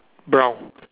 brown